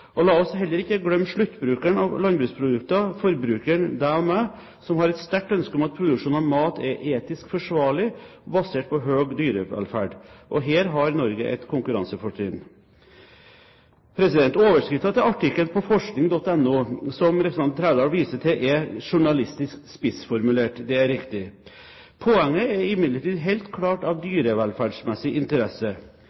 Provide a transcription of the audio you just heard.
La oss heller ikke glemme sluttbrukeren av landbruksprodukter, forbrukeren – deg og meg – som har et sterkt ønske om at produksjonen av mat er etisk forsvarlig og basert på høy dyrevelferd. Her har Norge et konkurransefortrinn. Overskriften til artikkelen på forskning.no som representanten Trældal viser til, er journalistisk spissformulert – det er riktig. Poenget er imidlertid helt klart av